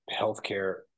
healthcare